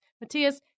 Matthias